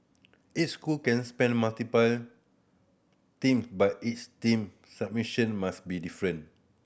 each school can spend multiple team but each team submission must be different